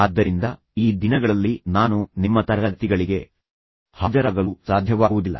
ಆದ್ದರಿಂದ ಈ ದಿನಗಳಲ್ಲಿ ನಾನು ನಿಮ್ಮ ತರಗತಿಗಳಿಗೆ ಹಾಜರಾಗಲು ಸಾಧ್ಯವಾಗುವುದಿಲ್ಲ